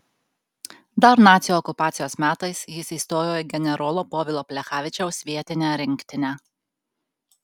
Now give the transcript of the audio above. dar nacių okupacijos metais jis įstojo į generolo povilo plechavičiaus vietinę rinktinę